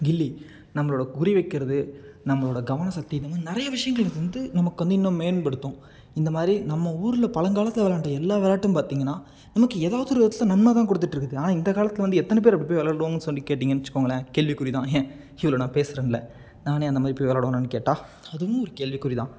கில்லி நம்மளோடய குறிவைக்கிறது நம்மளோடய கவனம் சக்தி இந்த மாதிரிநிறைய விஷியங்களில் வந்து நமக்கு வந்து இன்னும் மேம்படுத்தும் இந்த மாதிரி நம்ம ஊரில் பழங்காலத்தில் விளையாண்ட எல்லா விளையாட்டும் பார்த்திங்கன்னா நமக்கு ஏதாவது ஒரு விதத்தில் நன்மை தான் கொடுத்துட்ருக்குது ஆனால் இந்த காலத்தில் வந்து எத்தனை பேர் அப்படி போய் விளையாடுவாங்கன்னு சொல்லி கேட்டிங்கன்னு வச்சுக்கோங்களேன் கேள்விக்குறி தான் ஏன் இவ்ளோ நான் பேசுகிறேன்ல நான் அந்த மாதிரி போய் விளாடுவேனான்னு கேட்டால் அதுவும் ஒரு கேள்விக்குறி தான்